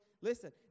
Listen